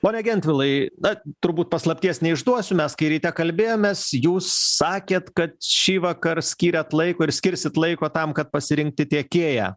pone gentvilai na turbūt paslapties neišduosiu mes kai ryte kalbėjomės jūs sakėt kad šįvakar skyrėt laiko ir skirsit laiko tam kad pasirinkti tiekėją